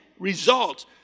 Results